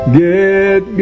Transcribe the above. get